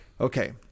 Okay